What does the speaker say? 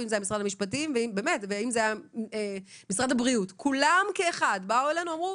אם משרד המשפטים ואם זה היה משרד הבריאות כולם כאחד באו אלינו ואמרו